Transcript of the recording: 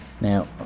Now